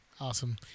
Awesome